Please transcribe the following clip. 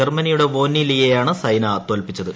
ജർമ്മനിയുടെ വോന്നി ലിയയെയാണ്ട് സൈന തോൽപ്പിച്ചത്